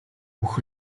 бүх